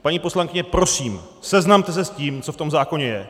Paní poslankyně, prosím, seznamte se s tím, co v tom zákoně je!